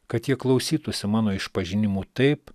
kad jie klausytųsi mano išpažinimų taip